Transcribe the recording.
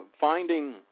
Finding